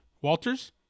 Walters